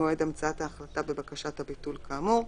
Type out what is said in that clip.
ממועד המצאת ההחלטה בבקשת הביטול כאמור.